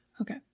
Okay